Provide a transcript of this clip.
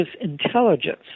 intelligence